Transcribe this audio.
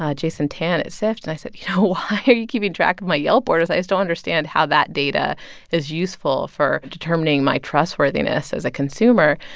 ah jason tan at sift, and i said, you know, why are you keeping track of my yelp orders? i just don't understand how that data is useful for determining my trustworthiness as a consumer.